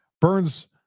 Burns